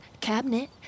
cabinet